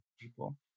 people